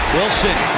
Wilson